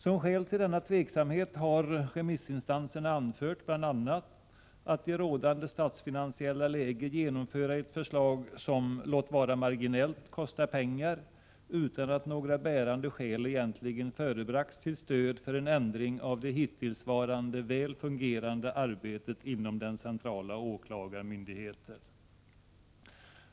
Som skäl till denna tveksamhet har remissinstanserna anfört bl.a. det betänkliga i att i rådande statsfinansiella läge genomföra ett förslag som, låt vara marginellt, kostar pengar, utan att några bärande skäl egentligen förebragts till stöd för en ändring av det hittillsvarande, väl fungerande arbetet inom den centrala åklagarmyndigheten.